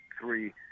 three